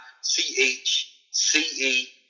C-H-C-E-